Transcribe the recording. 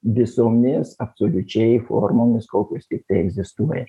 visomis absoliučiai formomis kokios tiktai egzistuoja